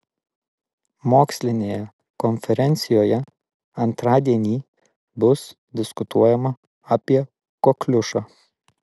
mokslinėje konferencijoje antradienį bus diskutuojama apie kokliušą